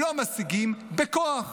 לא משיגים בכוח.